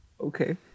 Okay